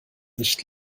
nicht